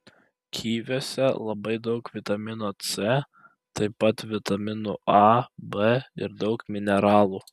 kiviuose labai daug vitamino c taip pat vitaminų a b ir daug mineralų